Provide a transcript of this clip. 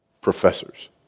Professors